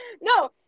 No